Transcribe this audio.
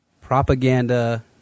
propaganda